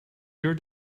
your